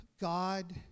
God